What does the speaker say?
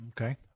Okay